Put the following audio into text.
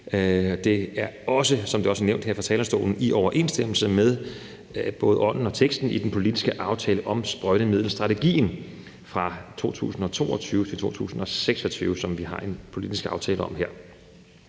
Det er også, som det også er nævnt her fra talerstolen, i overensstemmelse med både ånden og teksten i den politiske aftale om sprøjtemiddelstrategien fra 2022 til 2026, som vi har en politisk aftale om her.